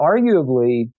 arguably